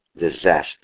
Disaster